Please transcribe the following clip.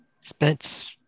spent